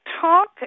Talk